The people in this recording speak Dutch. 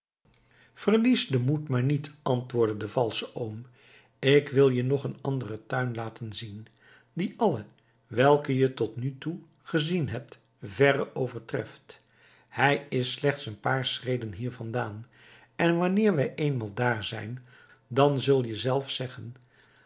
verlies den moed maar niet antwoordde de valsche oom ik wil je nog een anderen tuin laten zien die alle welke je tot nu toe gezien hebt verre overtreft hij is slechts een paar schreden hier vandaan en wanneer wij eenmaal daar zijn dan zul je zelf zeggen